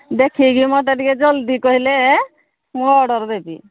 ଦେଖିକି ମୋତେ ଟିକେ ଜଲ୍ଦି କହିଲେ ମୁଁ ଅର୍ଡର ଦେବି